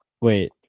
wait